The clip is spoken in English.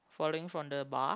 falling from the bar